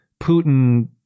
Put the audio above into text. Putin